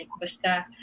basta